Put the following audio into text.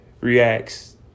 reacts